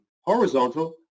horizontal